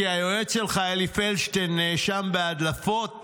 כי היועץ שלך אלי פלדשטיין נאשם בהדלפות,